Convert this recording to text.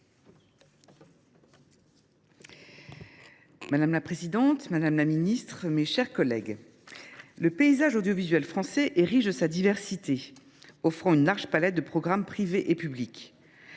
Madame la présidente, madame la ministre, mes chers collègues, le paysage audiovisuel français est riche de sa diversité, offrant une large palette de programmes privés et publics.